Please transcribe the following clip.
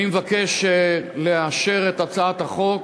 אני מבקש לאשר את הצעת החוק.